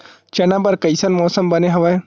चना बर कइसन मौसम बने हवय?